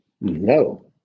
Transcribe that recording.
No